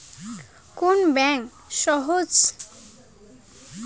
কোন ব্যাংক সবচেয়ে সহজ শর্তে লোন দেয়?